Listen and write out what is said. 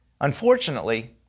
Unfortunately